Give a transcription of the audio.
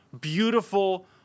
Beautiful